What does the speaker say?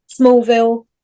smallville